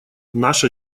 наша